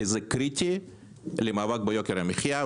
כי זה קריטי למאבק ביוקר המחיה,